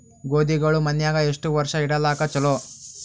ಗೋಧಿಗಳು ಮನ್ಯಾಗ ಎಷ್ಟು ವರ್ಷ ಇಡಲಾಕ ಚಲೋ?